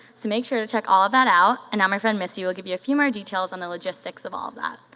so make sure to check all of that out and now my friend misty will give you a few more details on the logistics of all of that.